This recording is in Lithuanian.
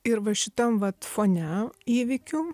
ir va šitam vat fone įvykių